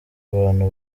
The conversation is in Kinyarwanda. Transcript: abantu